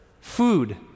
food